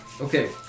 Okay